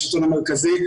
השלטון המרכזי,